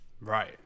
right